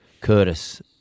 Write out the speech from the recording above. Curtis